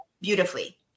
beautifully